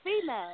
female